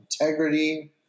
integrity